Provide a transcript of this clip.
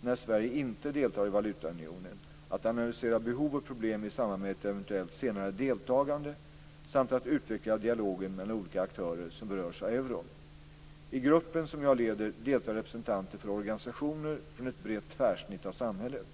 när Sverige inte deltar i valutaunionen, att analysera behov och problem i samband med ett eventuellt senare deltagande samt att utveckla dialogen mellan olika aktörer som berörs av euron. I gruppen, som jag leder, deltar representanter för organisationer från ett brett tvärsnitt av samhället.